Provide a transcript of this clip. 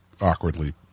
awkwardly